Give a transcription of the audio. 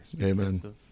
amen